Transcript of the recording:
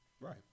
Right